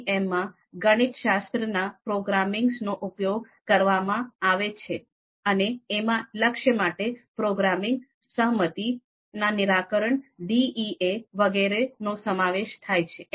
MODM માં ગણિતશાસ્ત્રના પ્રોગ્રામિંગનો ઉપયોગ કરવામાં આવે છે અને એમાં લક્ષ્ય માટે પ્રોગ્રામિંગ સહમતી ના નિરાકરણ DEA વગેરેનો સમાવેશ થાય છે